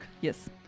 Yes